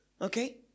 Okay